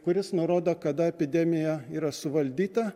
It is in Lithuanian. kuris nurodo kada epidemija yra suvaldyta